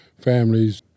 families